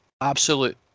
absolute